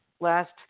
last